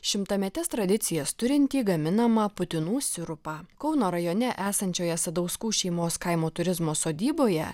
šimtametes tradicijas turintį gaminamą putinų sirupą kauno rajone esančioje sadauskų šeimos kaimo turizmo sodyboje